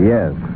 Yes